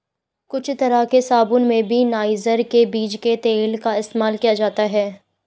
कुछ तरह के साबून में भी नाइजर के बीज के तेल का इस्तेमाल किया जाता है